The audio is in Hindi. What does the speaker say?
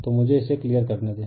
तो मुझे इसे क्लियर करने दें